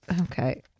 Okay